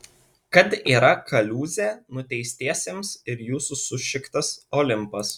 kad yra kaliūzė nuteistiesiems ir jūsų sušiktas olimpas